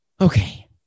okay